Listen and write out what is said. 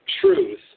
truth